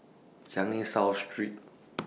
Changi South Street